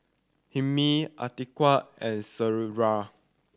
Hilmi Atiqah and